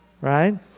right